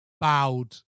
bowed